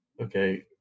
Okay